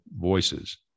voices